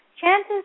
chances